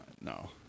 No